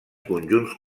conjunts